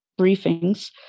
briefings